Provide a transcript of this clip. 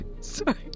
sorry